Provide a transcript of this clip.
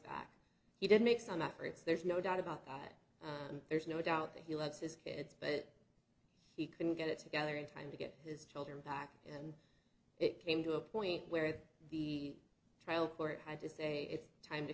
back he did make some efforts there's no doubt about that and there's no doubt that he loves his kids but he couldn't get it together in time to get his children back and it came to a point where the trial court had to say it's time to